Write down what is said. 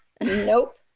nope